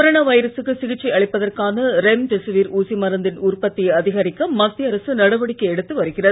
corona வைரசுக்கு சிகிச்சை அளிப்பதற்கான ரெம்டெசிவிர் ஊசி மருந்தின் உற்பத்தியை அதிகரிக்க மத்திய அரசு நடவடிக்கை எடுத்து வருகிறது